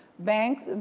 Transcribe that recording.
banks,